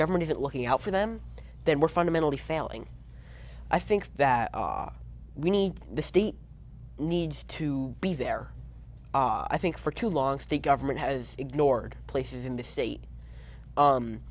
government isn't looking out for them then we're fundamentally failing i think that we need the state needs to be there i think for too long state government has ignored places in this state